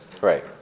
Right